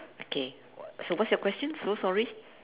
okay so what's your question so sorry